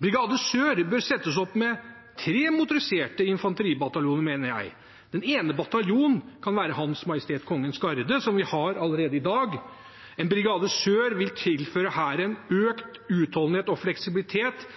Brigade Sør bør settes opp med tre motoriserte infanteribataljoner, mener jeg. Den ene bataljonen kan være Hans Majestet Kongens Garde, som vi har allerede i dag. En Brigade Sør vil tilføre Hæren økt utholdenhet og fleksibilitet